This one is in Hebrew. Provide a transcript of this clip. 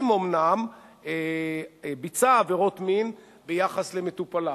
אם אומנם ביצע עבירות מין ביחס למטופליו.